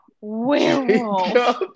Werewolf